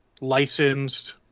licensed